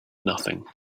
nothing